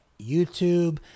YouTube